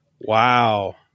Wow